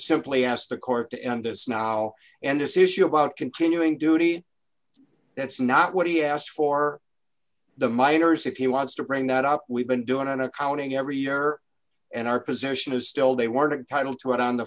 simply ask the court to end this now and this issue about continuing duty that's not what he asked for the miners if he wants to bring that up we've been doing an accounting every year and our position is still they weren't title to it on the